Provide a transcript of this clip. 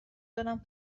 دارم